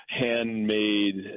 handmade